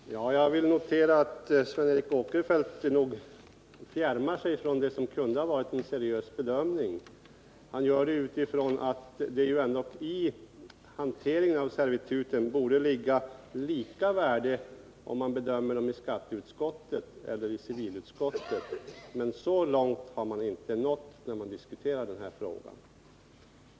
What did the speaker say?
Herr talman! Jag vill notera att Sven Eric Åkerfeldt nog fjärmar sig från det som kunde ha varit en seriös bedömning. Han gör det utifrån att det i hanteringen av servituten borde ligga lika värde, antingen man bedömer dem i skatteutskottet eller i civilutskottet. Men så långt har man inte nått när man LE har diskuterat denna fråga.